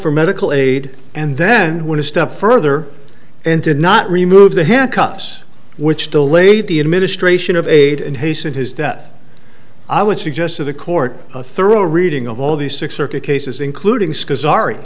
for medical aid and then when a step further and did not remove the handcuffs which delayed the administration of aid and hastened his death i would suggest to the court a thorough reading of all the six circuit cases including s